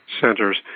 centers